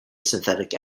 synthetic